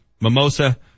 Mimosa